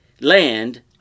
land